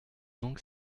donc